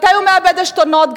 מתי הוא מאבד עשתונות,